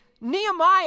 Nehemiah